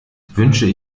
wünsche